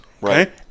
Right